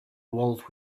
world